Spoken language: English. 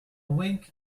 wink